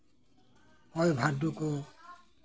ᱦᱚᱭ ᱵᱷᱟᱨᱰᱳ ᱠᱚ